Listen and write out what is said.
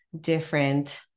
different